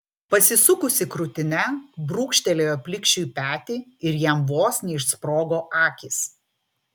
pasisukusi krūtine brūkštelėjo plikšiui petį ir jam vos neišsprogo akys